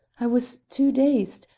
i was too dazed,